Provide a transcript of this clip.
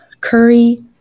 curry